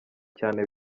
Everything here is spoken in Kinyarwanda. cyane